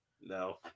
No